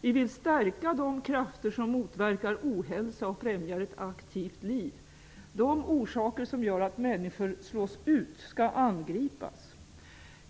Vi vill stärka de krafter som motverkar ohälsa och som främjar ett aktivt liv. Orsakerna till att människor slås ut skall angripas.